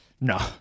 No